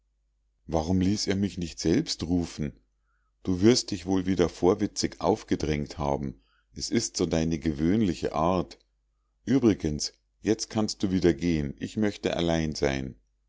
warum ließ er mich nicht selbst rufen du wirst dich wohl wieder vorwitzig aufgedrängt haben es ist so deine gewöhnliche art uebrigens jetzt kannst du wieder gehen ich möchte allein sein